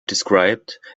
described